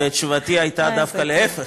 ותשובתי הייתה דווקא להפך,